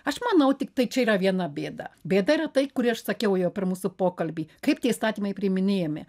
aš manau tiktai čia yra viena bėda bėda yra tai kurį aš sakiau jau per mūsų pokalbį kaip tie įstatymai priiminėjami